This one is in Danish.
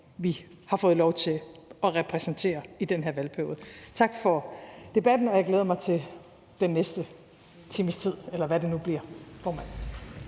vi har fået lov til at repræsentere i den her valgperiode. Tak for debatten, og jeg glæder mig til den næste times tid, eller hvad det nu bliver,